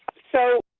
so,